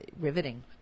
riveting